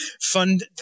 fund